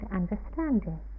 understanding